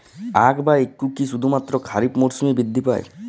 আখ বা ইক্ষু কি শুধুমাত্র খারিফ মরসুমেই বৃদ্ধি পায়?